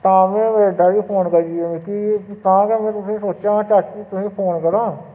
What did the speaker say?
तां मि लग्गा कि फून करी मिकी तां गै में तुसेंगी सोचां चाचू तोहेंगी फोन करां